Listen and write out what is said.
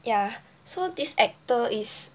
ya so this actor is